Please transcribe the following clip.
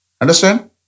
Understand